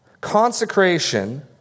consecration